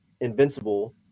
invincible